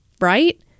Right